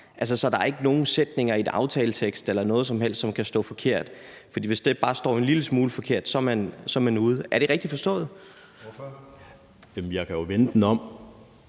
er der ikke nogen sætninger i en aftaletekst eller noget som helst, som kan stå forkert. For hvis det bare står en lille smule forkert, er man ude. Er det rigtigt forstået? Kl. 17:44 Tredje